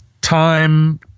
time